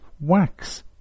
wax